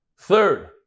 Third